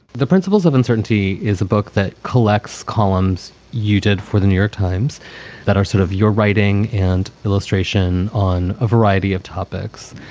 the principles of uncertainty is a book that collects columns you did for the new york times that are sort of your writing and illustration on a variety of topics.